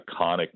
iconic